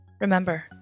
Remember